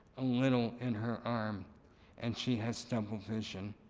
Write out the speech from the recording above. a little in her arm and she has double vision.